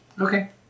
Okay